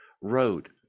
road